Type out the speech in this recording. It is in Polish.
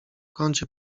kącie